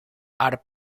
are